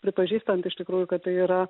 pripažįstant iš tikrųjų kad tai yra